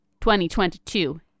2022